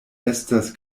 estas